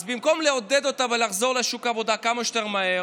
אז במקום לעודד אותה לחזור לשוק העבודה כמה שיותר מהר,